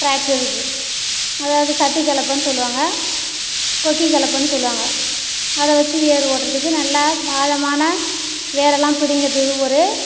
tractor இருக்கு அதாவது சட்டி கலப்பைனு சொல்லுவாங்க கொக்கி கலப்பைனு சொல்லுவாங்க அதை வச்சு ஏர் ஓட்டுறதுக்கு நல்லா ஆழமான வேரெல்லாம் பிடிங்கிறதுக்கு ஒரு